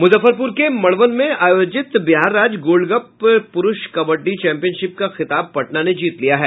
मुजफ्फरपुर के मड़वन में आयोजित बिहार राज्य गोल्ड कप पुरूष कबड्डी चैम्पियनशिप का खिताब पटना ने जीत लिया है